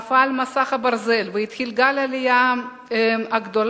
נפל מסך הברזל והתחיל גל העלייה הגדול,